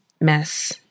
mess